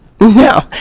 No